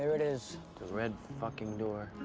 it is. the red fuckin' door.